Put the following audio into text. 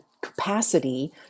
capacity